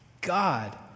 God